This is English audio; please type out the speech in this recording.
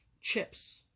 chips